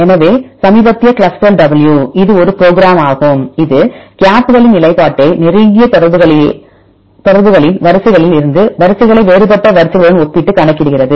எனவே சமீபத்திய Clustal W இது ஒரு ப்ரோக்ராம் ஆகும் இது கேப்களின் நிலைப்பாட்டை நெருங்கிய தொடர்புகளின் வரிசைகளில் இருந்து வரிசைகளை வேறுபட்ட வரிசைகளுடன் ஒப்பிட்டு கணக்கிடுகிறது